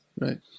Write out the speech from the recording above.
right